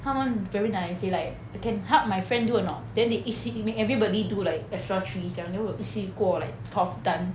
他们 very nice they like can help my friend do or not then they each make everybody do like extra three sia then 我一次过 like twelve times